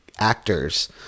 Actors